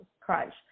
crunch